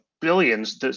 billions